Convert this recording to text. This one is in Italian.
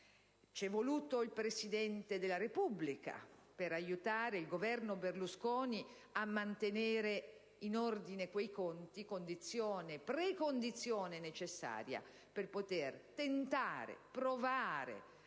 C'è voluto il Presidente della Repubblica per aiutare il Governo Berlusconi a mantenere in ordine quei conti, precondizione necessaria per poter tentare, provare